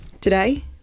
Today